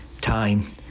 time